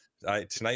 Tonight